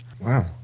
Wow